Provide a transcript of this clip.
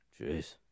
Jeez